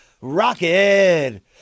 Rocket